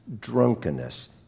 drunkenness